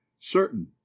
certain